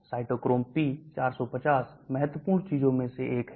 cytochrome p450 महत्वपूर्ण चीजों में से एक है